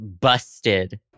busted